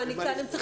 רויטל כהן, בבקשה.